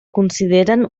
consideren